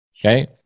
okay